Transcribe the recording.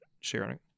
sharing